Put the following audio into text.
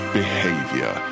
behavior